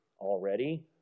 already